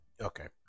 okay